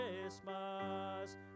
Christmas